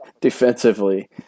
defensively